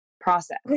process